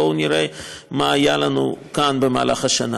בואו נראה מה היה לנו כאן במהלך השנה: